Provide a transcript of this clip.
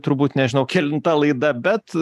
turbūt nežinau kelinta laida bet